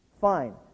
Fine